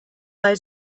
fall